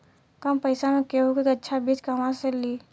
कम पैसा में गेहूं के अच्छा बिज कहवा से ली?